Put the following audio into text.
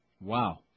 Wow